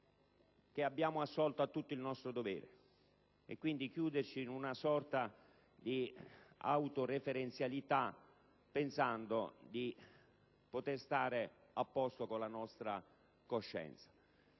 che abbiamo assolto a tutto il nostro dovere, e quindi chiuderci in una sorta di autoreferenzialità pensando di poter stare a posto con la nostra coscienza.